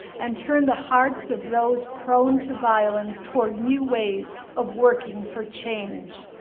and turn the hearts of those prone to violence toward new ways of working for change.